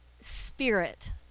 spirit